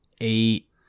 eight